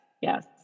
Yes